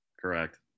Correct